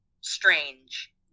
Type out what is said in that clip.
strange